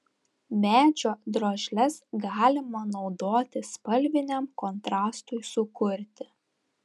medžio drožles galima naudoti spalviniam kontrastui sukurti